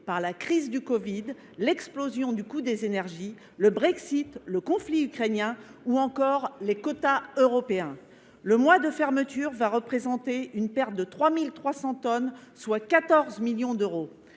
par la pandémie de covid 19, l’explosion du coût des énergies, le Brexit, le conflit ukrainien ou encore les quotas européens. Ce mois de fermeture va représenter une perte de 3 300 tonnes de pêche, soit 14 millions d’euros.